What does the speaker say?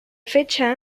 fecha